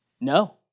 No